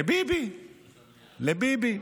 לביבי, לביבי.